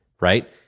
right